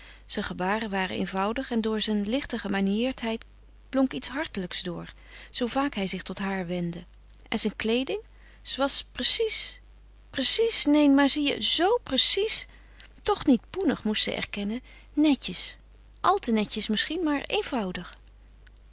zijn gebaren waren eenvoudig en door zijn lichte gemaniëreerdheid blonk iets hartelijks door zoo vaak hij zich tot haar wendde en zijn kleeding ze was precies precies neen maar zie je z precies toch niet poenig moest zij erkennen netjes al te netjes misschien maar eenvoudig